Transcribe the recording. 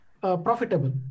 profitable